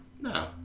No